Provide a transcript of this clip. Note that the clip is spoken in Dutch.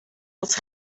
dat